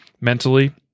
mentally